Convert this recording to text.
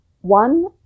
one